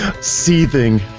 Seething